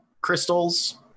crystals